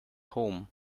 home